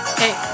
hey